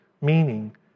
meaning